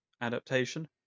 adaptation